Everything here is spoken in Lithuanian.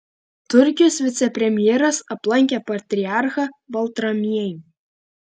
turkijos vicepremjeras aplankė patriarchą baltramiejų